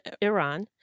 Iran